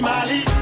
Mali